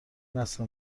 نسل